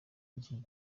iki